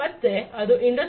ಮತ್ತೆ ಅದು ಇಂಡಸ್ಟ್ರಿ 4